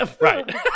Right